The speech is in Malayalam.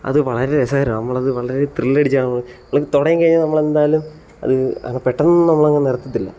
അത് വളരെ രസകരമാണ് നമ്മളത് വളരെ ത്രില്ലടിച്ചാണ് അത് തുടങ്ങി കഴിഞ്ഞാൽ നമ്മളെന്തായാലും അത് പെട്ടന്നൊന്നും അങ്ങ് നിർത്തില്ല